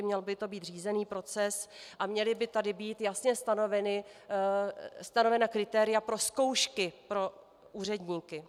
Měl by to být řízený proces a měla by tady být jasně stanovena kritéria pro zkoušky pro úředníky.